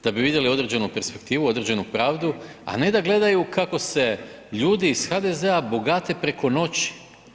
Da bi vidjeli određenu perspektivu, određenu pravdu, a ne da gledaju kako se ljudi iz HDZ-a bogate preko noći.